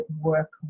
work